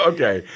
Okay